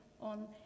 on